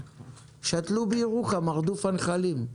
שתלו בירוחם הרדוף הנחלים.